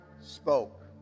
spoke